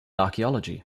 archaeology